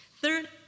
Third